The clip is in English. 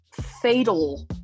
fatal